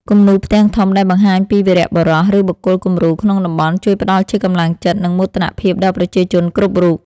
គំនូរផ្ទាំងធំ ដែលបង្ហាញពីវីរបុរស ឬបុគ្គលគំរូក្នុងតំបន់ ជួយផ្ដល់ជាកម្លាំងចិត្ត និងមោទនភាពដល់ប្រជាជនគ្រប់រូប។